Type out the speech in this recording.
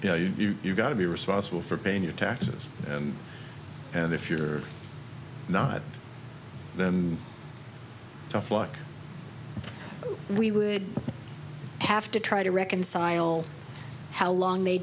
sorry you know you got to be responsible for paying your taxes and and if you're not then tough luck we would have to try to reconcile how long they